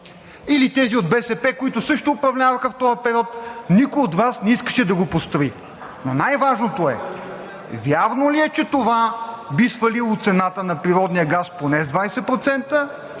Или тези от БСП, които също управляваха в този период? Никой от Вас не искаше да го построи. Но най-важното е: вярно ли е, че това би свалило цената на природния газ поне с 20%